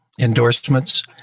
endorsements